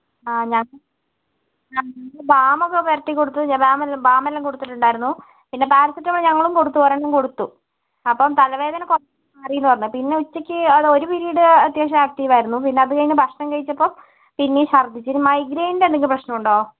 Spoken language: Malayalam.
ആ ഞാന് ഞാന് ബാം ഒക്കെ പുരട്ടി കൊടുത്തു ഞാന് ബാം ബാം എല്ലാം കൊടുത്തിട്ടുണ്ടായിരുന്നു പിന്നെ പാരസെറ്റമോള് ഞങ്ങളും കൊടുത്തു ഒരെണ്ണം കൊടുത്തു അപ്പം തലവേദന കുറച്ച് മാറി എന്ന് പറഞ്ഞു പിന്നെ ഉച്ചയ്ക്ക് അല്ല ഒരു പിരീഡ് അത്യാവശ്യം ആക്ടീവ് ആയിരുന്നു പിന്നെ അത് കഴിഞ്ഞ് ഭക്ഷണം കഴിച്ചപ്പോൾ പിന്നെയും ഛർദ്ദിച്ചു ഇത് മൈഗ്രേനിന്റെ എന്തെങ്കിലും പ്രശ്നം ഉണ്ടോ